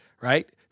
right